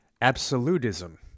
absolutism